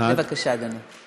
בבקשה, אדוני.